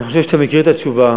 אני חושב שאתה מכיר את התשובה.